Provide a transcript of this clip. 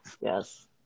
Yes